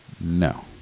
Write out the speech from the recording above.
No